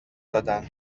دادن